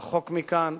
רחוק מכאן,